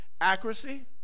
Accuracy